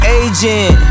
agent